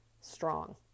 strong